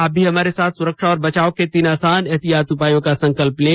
आप भी हमारे साथ सुरक्षा और बचाव के तीन आसान एहतियाती उपायों का संकल्प लें